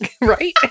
Right